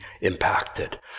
impacted